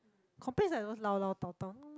complain is like those 唠唠叨叨